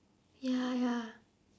ya ya